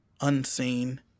unseen